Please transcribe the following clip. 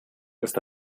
ist